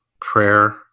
prayer